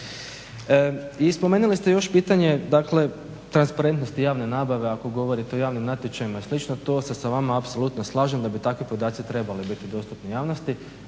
I spomenuli ste još pitanje dakle transparentnosti javne nabave. Ako govorite o javnim natječajima i slično to se sa vama apsolutno slažem da bi takvi podaci trebali biti dostupni javnosti